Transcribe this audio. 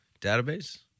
database